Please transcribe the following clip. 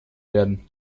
werden